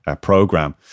program